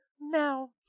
Now